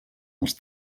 als